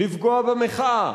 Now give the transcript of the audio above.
לפגוע במחאה,